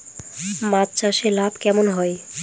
মাছ চাষে লাভ কেমন হয়?